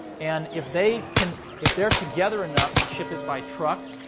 and if they can if they're together enough to ship it by truck,